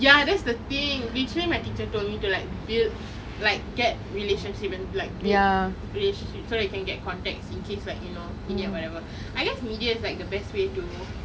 ya that's the thing literally my teacher told me to like build like get relationship and like build relationships so that you can get contacts in case like you know you need whatever I guess media is like the best way to